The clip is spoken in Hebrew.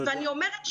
ואני אומרת שוב,